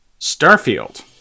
Starfield